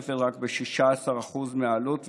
משתתפת רק ב-16% מהעלות,